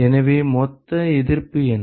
எனவே மொத்த எதிர்ப்பு என்ன